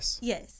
Yes